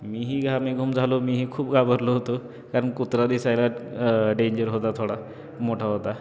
मी ही घामाघूम झालो मीही खूप घाबरलो होतो कारण कुत्रा दिसायला डेंजर होता थोडा मोठा होता